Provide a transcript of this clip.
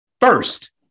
First